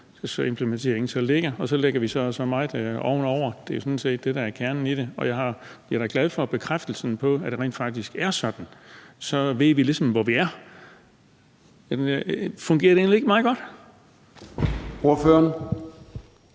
minimumsimplementeringen ligger, og at så lægger vi så og så meget oveni? Det er jo sådan set det, der er kernen i det. Og jeg er da glad for bekræftelsen af, at det rent faktisk er sådan. Så ved vi ligesom, hvor vi er. Fungerer det egentlig ikke meget godt? Kl.